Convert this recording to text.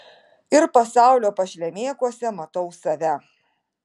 ir pasaulio pašlemėkuose matau save